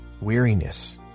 weariness